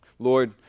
Lord